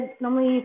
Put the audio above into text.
normally